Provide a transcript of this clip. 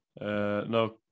No